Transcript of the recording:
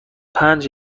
پنج